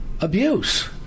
abuse